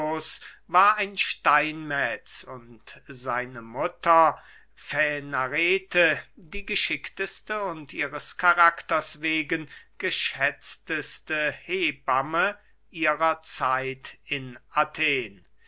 war ein steinmetz und seine mutter fänarete die geschickteste und ihres karakters wegen geschätzteste hebamme ihrer zeit in athen